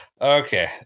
okay